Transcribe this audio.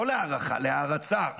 לא להערכה, להערצה.